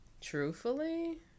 Truthfully